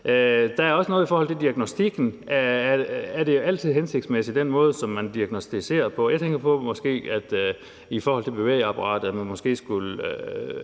Der er også noget i forhold til diagnostikken, altså om det altid er hensigtsmæssigt med den måde, man diagnosticerer på. Jeg tænker på, at man i forhold til bevægeapparatet måske skulle